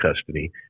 custody